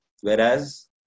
Whereas